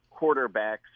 quarterbacks